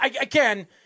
again